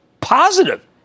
positive